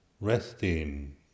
resting